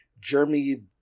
Jeremy